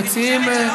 אני חושבת